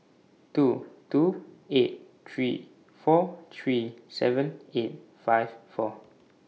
two two eight three four three seven eight five four